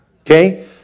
Okay